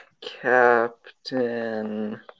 Captain